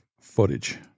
footage